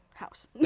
house